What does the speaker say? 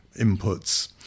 inputs